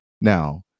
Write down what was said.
Now